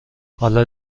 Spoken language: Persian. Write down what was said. حالا